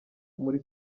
muri